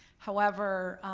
however,